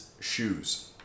Shoes